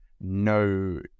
No